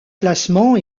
classement